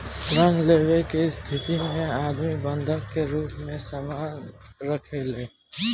ऋण लेवे के स्थिति में आदमी बंधक के रूप में सामान राखेला